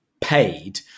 paid